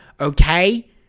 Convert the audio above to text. okay